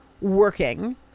working